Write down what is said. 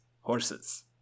horses